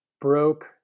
broke